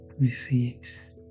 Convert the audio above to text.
receives